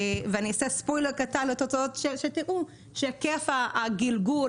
אני אעשה ספוילר קטן לתוצאות שתראו שהיקף הגלגול